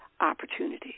opportunities